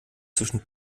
zwischen